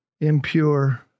impure